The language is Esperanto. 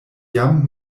jam